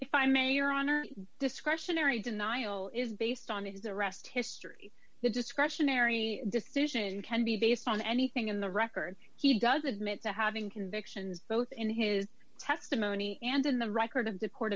if i may your honor discretionary denial is based on his arrest history the discretionary decision can be based on anything in the record he does admit to having convictions both in his testimony and in the record of the court